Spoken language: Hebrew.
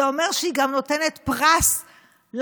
זה אומר שהיא גם נותנת פרס לטרור,